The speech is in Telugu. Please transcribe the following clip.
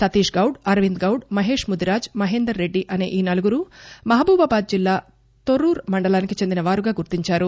సతీష్ గౌడ్ అరవింద్ గౌడ్ మహేష్ ముదిరాజ్ మహేందర్ రెడ్డి అసే ఈ నలుగురు మహబూబాద్ జిల్లా తొర్రూరు మండలానికి చెందిన వారుగా గుర్తించారు